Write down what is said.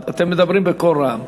אתם מדברים בקול רם.